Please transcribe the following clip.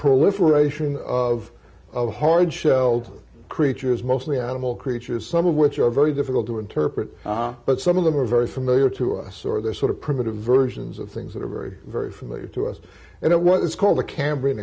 proliferation of of hard shelled creatures mostly animal creatures some of which are very difficult to interpret but some of them are very familiar to us or they're sort of primitive versions of things that are very very familiar to us and it was called the cam